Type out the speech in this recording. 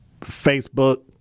Facebook